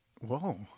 Whoa